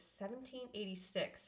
1786